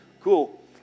Cool